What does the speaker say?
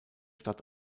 stadt